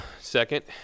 second